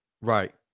Right